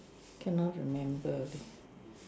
cannot remember leh